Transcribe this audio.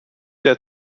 der